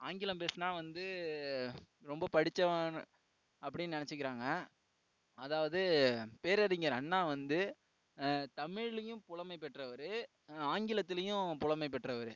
ஆங்கிலம் பேசினா வந்து ரொம்ப படித்தவன்னு அப்டின்னு நெனைச்சுக்கிறாங்க அதாவது பேரறிஞர் அண்ணா வந்து தமிழ்லேயும் புலமை பெற்றவர் ஆங்கிலத்துலேயும் புலமை பெற்றவர்